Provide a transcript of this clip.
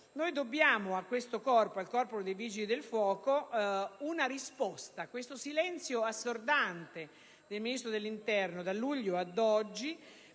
noi dobbiamo al Corpo dei Vigili del fuoco una risposta. Il silenzio assordante del Ministro dell'interno da luglio ad oggi